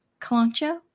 calancho